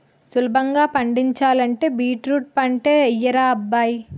సులభంగా పండించాలంటే బీట్రూట్ పంటే యెయ్యరా అబ్బాయ్